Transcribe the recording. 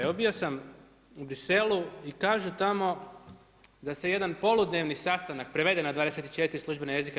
Evo bio sam u Bruxellesu i kažu tamo da se jedan poludnevni sastanak prevede na 24 službena jezika EU.